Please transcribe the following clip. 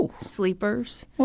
Sleepers